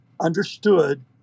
understood